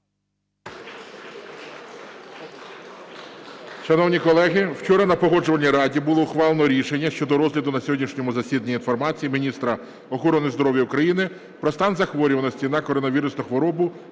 Шановні колеги, вчора на Погоджувальній раді було ухвалено рішення щодо розгляду на сьогоднішньому засіданні інформації міністра охорони здоров'я України про стан захворюваності на коронавірусну хворобу